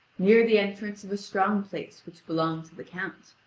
near the entrance of a strong place which belonged to the count.